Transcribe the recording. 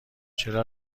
چرا